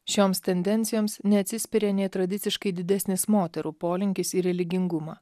šioms tendencijoms neatsispiria nei tradiciškai didesnis moterų polinkis į religingumą